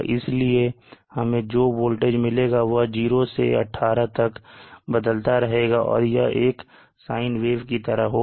इसलिए हमें जो वोल्टेज मिलेगा वह 0 से 18 तक बदलता रहेगा और यह एक साइन वेव की तरह होगा